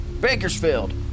Bakersfield